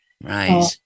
right